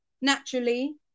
naturally